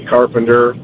Carpenter